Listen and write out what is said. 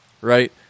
right